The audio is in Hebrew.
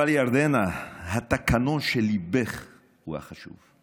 אבל ירדנה, התקנון של ליבך הוא החשוב.